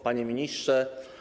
Panie Ministrze!